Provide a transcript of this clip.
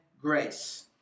grace